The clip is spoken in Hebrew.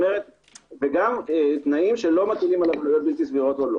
וגם תנאים שלא מתאימים ל- -- או לא.